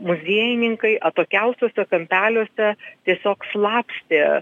muziejininkai atokiausiuose kampeliuose tiesiog slapstė